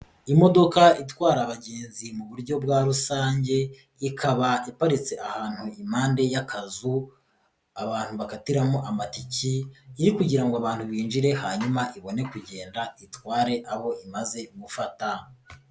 Imodoka itwara abagenzi mu buryo bwa rusange ikaba iparitse ahantu impande y'akazu abantu bakatiramo amatike, iri kugira ngo abantu binjire hanyuma ibone kugenda itware abo imaze gufata.